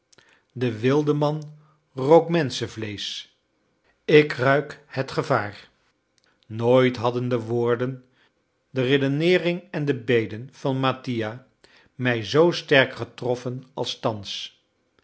de wildeman rook menschenvleesch ik ruik het gevaar nooit hadden de woorden de redeneering en de beden van mattia mij zoo sterk getroffen als thans